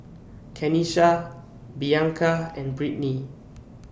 Kenisha Blanca and Brittnay